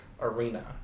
arena